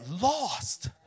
lost